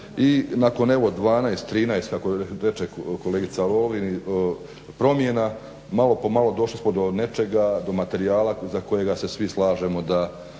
I nakon evo 12, 13 kako reče kolegica Lovrin promjena malo po malo došli smo do nečega, do materijala za kojega se svi slažemo da